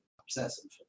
obsessive